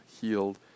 healed